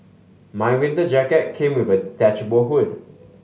my winter jacket came with a detachable hood